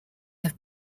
have